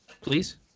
Please